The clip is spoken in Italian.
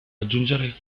raggiungere